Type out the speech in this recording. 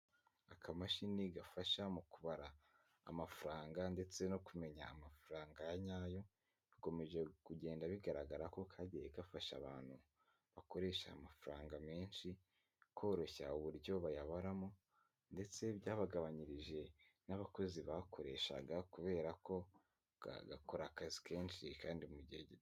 Akamashini gafasha mu kubara amafaranga, ndetse no kumenya amafaranga ya nyayo, bikomeje kugenda bigaragara ko kagiye gafasha abantu, bakoresha amafaranga menshi, koroshya uburyo bayabaramo, ndetse byabagabanyirije n'abakozi bakoreshaga, kubera ko gakora akazi kenshi kandi mu gihe gito.